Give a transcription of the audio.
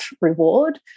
reward